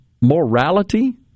morality